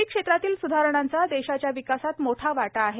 शेती क्षेत्रातील सुधारणांचा देशाच्या विकासात मोठा वाटा आहे